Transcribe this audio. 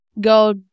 go